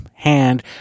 Hand